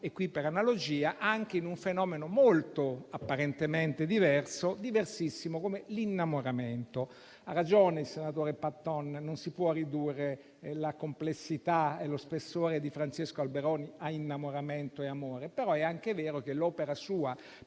per analogia, anche in un fenomeno apparentemente diversissimo come l'innamoramento. Ha ragione il senatore Patton: non si possono ridurre la complessità e lo spessore di Francesco Alberoni a innamoramento e amore, ma è anche vero che l'opera sua